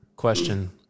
question